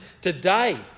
today